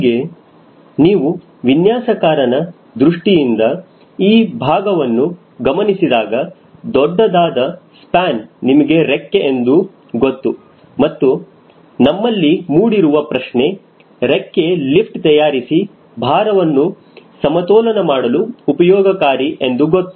ಹೀಗೆ ನೀವು ವಿನ್ಯಾಸಕಾರನ ದೃಷ್ಟಿಯಿಂದ ಈ ಭಾಗವನ್ನು ಗಮನಿಸಿದಾಗ ದೊಡ್ಡದಾದ ಸ್ಪ್ಯಾನ್ ನಿಮಗೆ ರೆಕ್ಕೆ ಎಂದು ಗೊತ್ತು ಮತ್ತು ನಮ್ಮಲ್ಲಿ ಮೂಡಿರುವ ಪ್ರಶ್ನೆ ರೆಕ್ಕೆ ಲಿಫ್ಟ್ ತಯಾರಿಸಿ ಭಾರವನ್ನು ಸಮತೋಲನ ಮಾಡಲು ಉಪಯೋಗಕಾರಿ ಎಂದು ಗೊತ್ತು